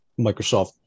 Microsoft